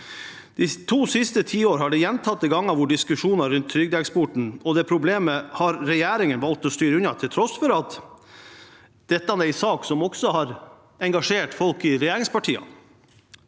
De to siste tiår har det gjentatte ganger vært diskusjoner rundt trygdeeksporten, og det problemet har regjeringen valgt å styre unna, til tross for at dette er en sak som også har engasjert folk i regjeringspartiene.